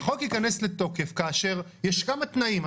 החוק ייכנס לתוקף כאשר יש כמה תנאים.